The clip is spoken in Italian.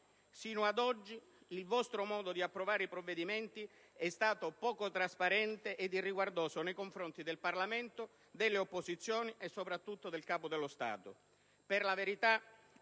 procedere in sede di approvazione dei provvedimenti è stato poco trasparente e irriguardoso nei confronti del Parlamento, delle opposizioni e, soprattutto, del Capo dello Stato. Per la verità,